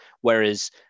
whereas